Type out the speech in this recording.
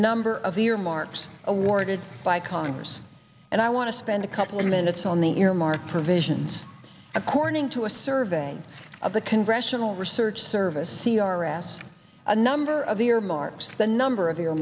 number of earmarks awarded by congress and i want to spend a couple of minutes on the earmark provisions according to a survey of the congressional research service ers a number of earmarks the number of your